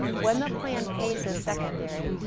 when the plan pays a secondary,